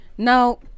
Now